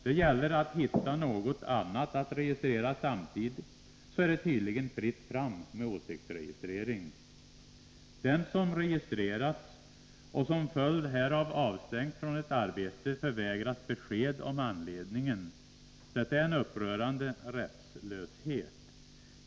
Om man bara hittar något annat att registrera samtidigt, så är det tydligen fritt fram för åsiktsregistrering. Den som registrerats och som en följd härav avstängts från ett arbete förvägras besked om anledningen. Detta är en upprörande rättslöshet.